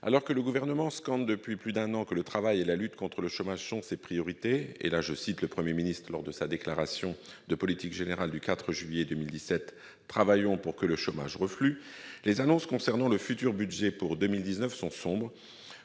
alors que le Gouvernement scande depuis plus d'un an que le travail et la lutte contre le chômage sont ses priorités- le Premier ministre, lors de sa déclaration de politique générale du 4 juillet 2017, avait lancé :« Travaillons pour que le chômage reflue !»-, les annonces concernant le futur budget pour 2019 sont sombres